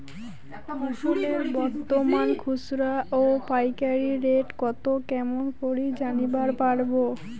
ফসলের বর্তমান খুচরা ও পাইকারি রেট কতো কেমন করি জানিবার পারবো?